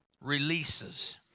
releases